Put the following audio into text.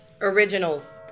originals